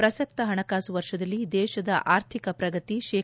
ಪ್ರಸಕ್ತ ಹಣಕಾಸು ವರ್ಷದಲ್ಲಿ ದೇಶದ ಆರ್ಥಿಕ ಪ್ರಗತಿ ಶೇ